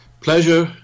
Pleasure